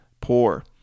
Poor